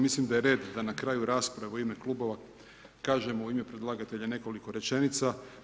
Mislim da je red na kraju rasprave u ime klubova, kažem u ime predlagatelja nekoliko rečenica.